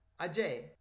Ajay